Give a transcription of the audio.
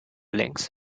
links